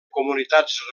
comunitats